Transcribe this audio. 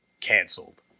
Canceled